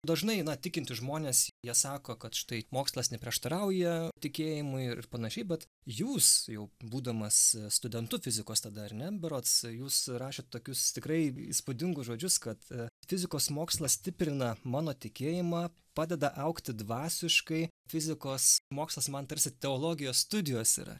dažnai eina tikintys žmonės jie sako kad štai mokslas neprieštarauja tikėjimui ir panašiai bet jūs jau būdamas studentu fizikos tada ar ne berods jūs rašėt tokius tikrai įspūdingus žodžius kad fizikos mokslas stiprina mano tikėjimą padeda augti dvasiškai fizikos mokslas man tarsi teologijos studijos yra